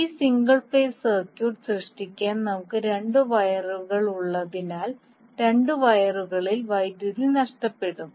ഈ single phase circuit സൃഷ്ടിക്കാൻ നമുക്ക് 2 വയറുകളുള്ളതിനാൽ രണ്ട് വയറുകളിൽ വൈദ്യുതി നഷ്ടപ്പെടും